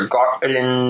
garden